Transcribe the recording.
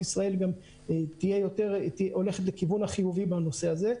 ישראל הולכת בכיוון החיובי בנושא הזה.